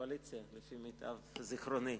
לפי מיטב זיכרוני,